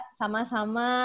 sama-sama